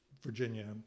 Virginia